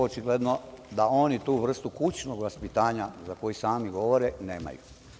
Očigledno da oni tu vrstu kućnog vaspitanja, za koju sami govore, nemaju.